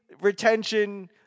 retention